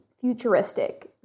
futuristic